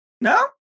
No